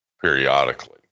periodically